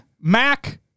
Mac